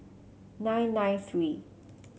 nine nine three